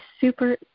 super